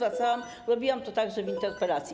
Robiłam to także w interpelacji.